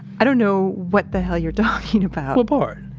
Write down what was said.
i don't know what the hell you're talking about. what part?